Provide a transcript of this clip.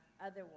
otherwise